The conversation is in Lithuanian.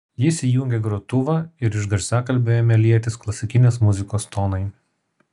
jis įjungė grotuvą ir iš garsiakalbių ėmė lietis klasikinės muzikos tonai